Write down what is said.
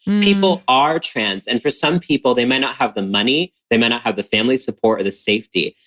people are trans. and for some people, they may not have the money. they may not have the family support or the safety.